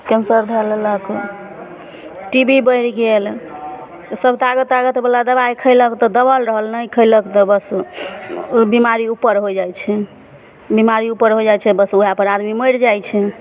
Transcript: cancer धए लेलक T B बढ़ि गेल ओसब तागत तागत बला दबाइ खैलक तऽ दबल रहल नहि खैलक तऽ बस बिमारी उपर होइ जाइ छै बिमारी उपर हो जाइ छै बस उहएपर आदमी मरि जाइ छै